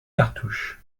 cartouches